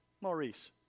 Maurice